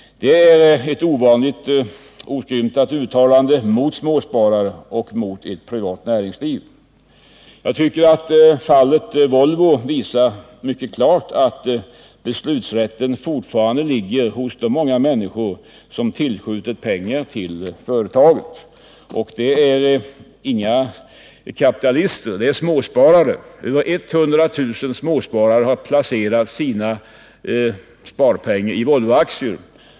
Det är ett ovanligt oskrymtat uttalande mot småsparare och mot ewt privat näringsliv. Fallet Volvo visar mycket klart att beslutsrätten fortfarande ligger hos de många människor som tillskjutit pengar till företaget. Och det är inga kapitalister. Det är småsparare — över 100 000 småsparare har placerat sina sparpengar i Volvoaktier.